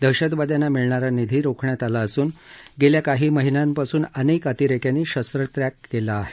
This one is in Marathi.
दहशतवाद्यांना मिळणारा निधी रोखण्यात आला असून गेल्या काही महिन्यांपासून अनेक अतिरेक्यांनी शस्त्रत्याग केला आहे